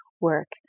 work